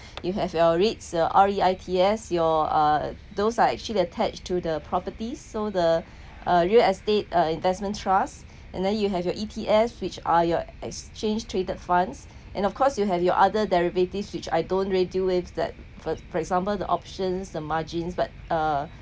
you have your REITs uh R_E_I_T S your uh those are actually attached to the properties so the uh real estate uh investment trust and then you have your E_T_F which are your exchange traded funds and of course you have your other liability which I don't really deal with that for for example the options the margins but uh